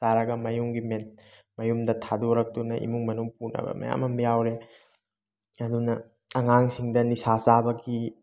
ꯆꯥꯔꯒ ꯃꯌꯨꯝꯒꯤ ꯃꯌꯨꯝꯗ ꯊꯥꯗꯣꯔꯛꯇꯨꯅ ꯏꯃꯨꯡ ꯃꯅꯨꯡ ꯄꯨꯅꯕ ꯃꯌꯥꯝ ꯑꯃ ꯌꯥꯎꯔꯦ ꯑꯗꯨꯅ ꯑꯉꯥꯡꯁꯤꯡꯗ ꯅꯤꯁꯥ ꯆꯥꯕꯒꯤ